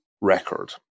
record